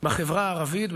בחברה הערבית,